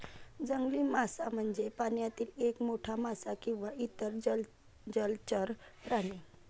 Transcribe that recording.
जंगली मासा म्हणजे पाण्यातील एक मोठा मासा किंवा इतर जलचर प्राणी